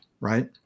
right